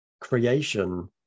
creation